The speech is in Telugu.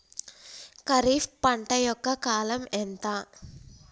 ఖరీఫ్ పంట యొక్క కాలం ఎంత?